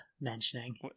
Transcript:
mentioning